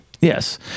yes